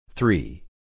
Three